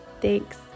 Thanks